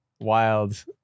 wild